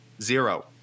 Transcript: Zero